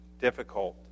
difficult